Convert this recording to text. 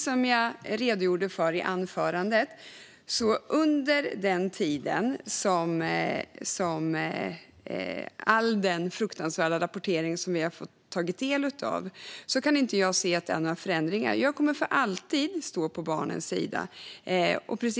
Som jag redogjorde för i mitt anförande kan jag nämligen inte se att det under den tid då vi har fått ta del av all denna fruktansvärda rapportering har skett några förändringar. Jag kommer för alltid att stå på barnens sida.